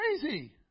crazy